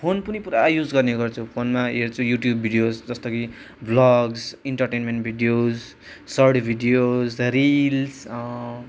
phone पनि पुरा use गर्ने गर्छु फोनमा हेर्छु युट्युब भिडियोज जस्तो कि vlogs entertainment videos short videos reels